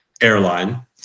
airline